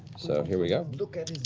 so here we go.